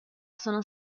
sono